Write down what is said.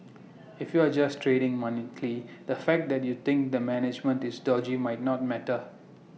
if you are just trading monthly the fact that you think the management is dodgy might not matter